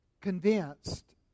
convinced